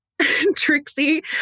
Trixie